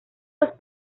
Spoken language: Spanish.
los